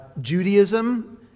Judaism